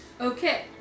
Okay